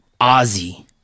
Ozzy